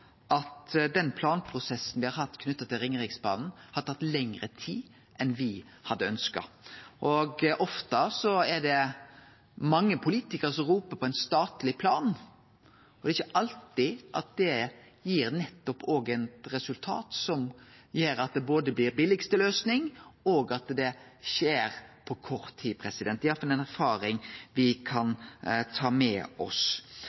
at den planprosessen me har hatt knytt til Ringeriksbanen, har tatt lengre tid enn me hadde ønskt. Det er ofte mange politikarar som roper på ein statleg plan, og det er ikkje alltid at det resultatet gir både den billegaste løysinga og at det skjer på kort tid. Det er iallfall ei erfaring me kan ta med oss.